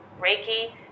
Reiki